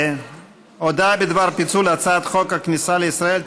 החלטה בדבר פיצול הצעת חוק הכניסה לישראל,